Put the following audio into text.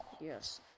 Yes